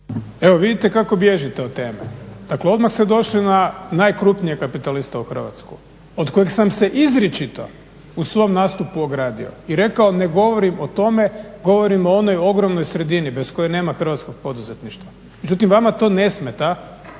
Evo vidite kako bježite od teme. Tako odmah ste došli na najkrupnijeg kapitalista u Hrvatskoj od kojeg sam se izričito u svom nastupu ogradio i rekao ne govorim o tome, govorim o onoj ogromnoj sredini bez koje nema hrvatskog poduzetništva. Međutim, vama to ne smeta